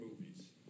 movies